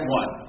one